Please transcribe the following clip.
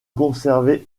conservait